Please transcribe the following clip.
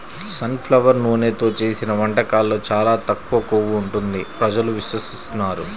sun flower నూనెతో చేసిన వంటకాల్లో చాలా తక్కువ కొవ్వు ఉంటుంది ప్రజలు విశ్వసిస్తున్నారు